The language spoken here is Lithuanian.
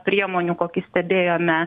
priemonių kokį stebėjome